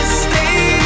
stay